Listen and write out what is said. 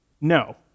No